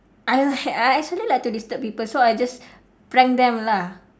I I actually like to disturb people so I just prank them lah